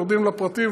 יורדים לפרטים,